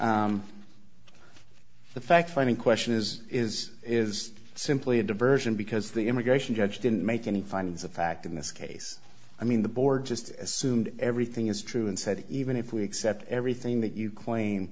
true the fact finding question is is is simply a diversion because the immigration judge didn't make any findings of fact in this case i mean the board just assumed everything is true and said even if we accept everything that you claim